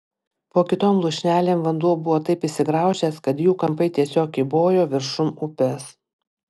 po kitom lūšnelėm vanduo buvo taip įsigraužęs kad jų kampai tiesiog kybojo viršum upės